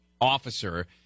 officer